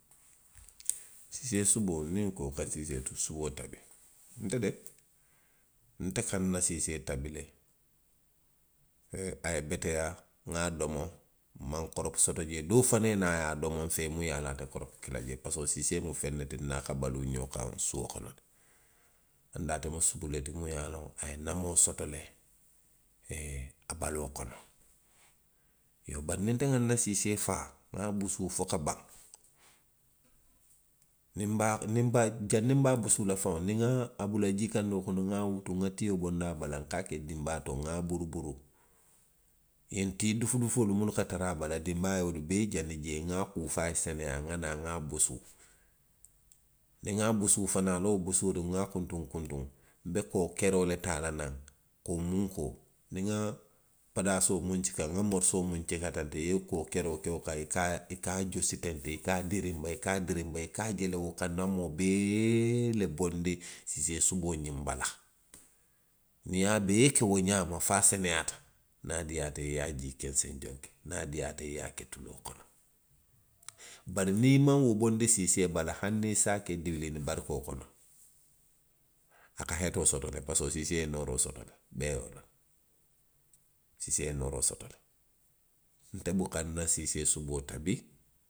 Siisee suboo niŋ nko ka siisee suboo tabi. nte de, nte ka nna siisee tabi le, a ye beteyaa nŋa a domo, nmaŋ korobu soto jee. doo fanaŋ ye naa a ye a domo nfee muŋ ye a loŋ ate korobu ke la jee parisiko siisee mu feŋ ne ti i niŋ a ka baluu ňoŋ kaŋ suo kono. Duŋ ate subu le ti muŋ ye a loŋ a ye namoo soto le, ee a baloo kono. Iyoo bari niŋ nte nŋa nna siisee suboo faa, nŋa busu fo ka baŋ. niŋ nbe a, niŋ nbe a, janniŋ nbe a busu la faŋ. niŋ nŋa a bula jii kandoo kono, nŋa a wutu, nŋa tio bondi a bala. nka a ke dinbaa to nŋa buruburu, ňiŋ tii dufudufu munnu ka tara a baala, dinbaa ye wolu bee jani jee, nŋa a kuu fo a ye seneyaa, nŋa naa nŋa a busu. Niŋ nŋa busu fanaŋ, a la wo busuriŋo, nŋa a kuntuŋ kuntuŋ, nbe koo keroo le taa naŋ la. koo munkoo. niŋ nŋa palaasoo muŋ cika, nŋa morisoo muŋ cika teŋ, i ye koo keroo ke wo kaŋ, i ka a, i ka a joosi teŋ tiŋ. i ka a dirinba. i ka a dirinba, i ka a dirinba; i ka a je le wo ka namoo bee le bondi siisee suboo ňiŋ bala. Niŋ i ye a bee ke wo ňaama fo a seneyaata. niŋ a diiyaata i ye i ye a jii kenseŋ jonki., niŋ a diiyaata i ye, i ye a ke tuloo kono. bari niŋ i maŋ wo bondi siisee bala. hani i se a ke duwiliini barigoo kono. a ka hetoo soto le. parisiko siisee ye nooroo soto le mee, sisee ye nooroo soto le. Nte buka nna siisee suboo tabi.